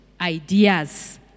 ideas